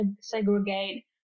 segregate